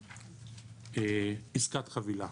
להגיע לעסקת חבילה.